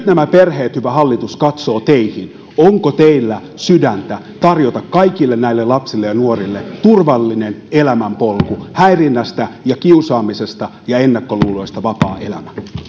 nämä perheet hyvä hallitus katsovat teihin onko teillä sydäntä tarjota kaikille näille lapsille ja nuorille turvallinen elämänpolku häirinnästä ja kiusaamisesta ja ennakkoluuloista vapaa elämä